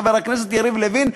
חבר הכנסת יריב לוין,